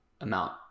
amount